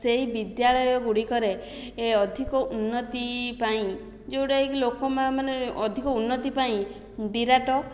ସେହି ବିଦ୍ୟାଳୟ ଗୁଡ଼ିକରେ ଏ ଅଧିକ ଉନ୍ନତି ପାଇଁ ଯେଉଁଟା କି ଲୋକ ମାନେ ଅଧିକ ଉନ୍ନତି ପାଇଁ ବିରାଟ